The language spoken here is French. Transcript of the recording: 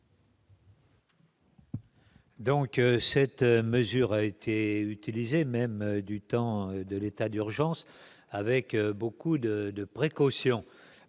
Donc, cette mesure a été utilisé même du temps de l'état d'urgence avec beaucoup de, de précaution